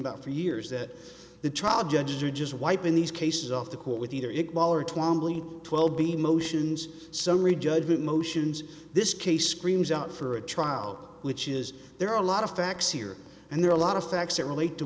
about for years that the trial judges are just wiping these cases off the court with the twelve emotions summary judgment motions this case screams out for a trial which is there are a lot of facts here and there are a lot of facts that relate to